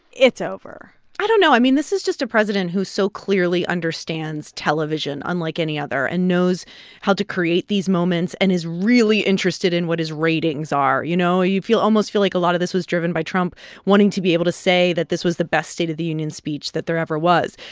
it's over i don't know. i mean, this is just a president who so clearly understands television unlike any other and knows how to create these moments and is really interested in what his ratings are. you know, you feel almost feel like a lot of this was driven by trump wanting to be able to say that this was the best state of the union speech that there ever was.